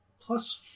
plus